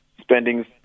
spending